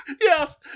Yes